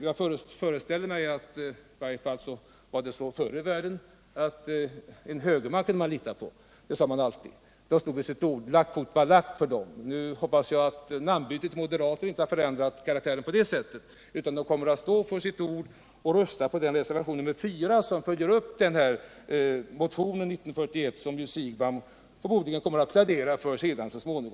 Jag föreställer mig — för så var det förr i världen — att man kan lita på en högerman. Förr sade man alltid att en högerman stod vid sitt ord. Nu hoppas jag att namnbytet till moderater inte förändrat karaktären härvidlag, utan att moderaterna står för sitt ord och yrkar bifall till reservationen 4, som följer upp motionen 1941, för vilken jag förutsätter att Bo Siegbahn kommer att plädera.